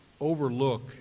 overlook